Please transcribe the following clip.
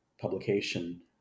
publication